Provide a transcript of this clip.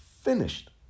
finished